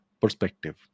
perspective